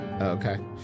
Okay